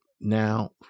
now